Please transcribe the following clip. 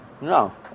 No